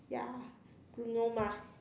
ya Bruno Mars